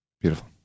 beautiful